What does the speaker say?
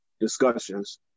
discussions